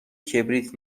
کبریت